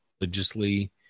religiously